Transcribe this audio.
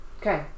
Okay